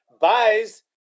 buys